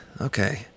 okay